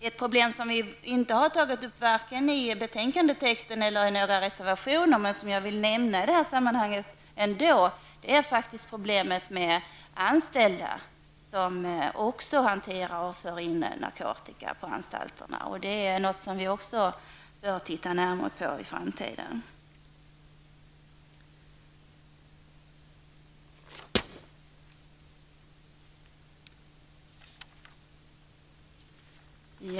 Ett problem som vi inte tagit upp vare sig i betänkandet eller i reservationerna, men som jag ändå vill jag ta upp i det här sammanhanget, är faktiskt problemet med anställda som för in narkotika på anstalterna. Det är någonting som vi också bör titta närmare på i framtiden.